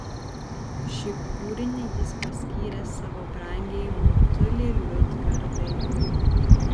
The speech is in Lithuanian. šį kūrinį jis paskyrė savo brangiajai motulei liudgardai